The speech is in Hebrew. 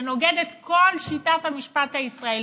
שנוגד את כל שיטת המשפט הישראלי,